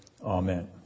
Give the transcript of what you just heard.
Amen